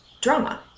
drama